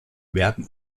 werden